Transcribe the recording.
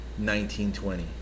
1920